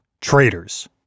traitors